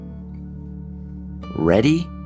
Ready